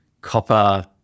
copper